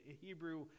Hebrew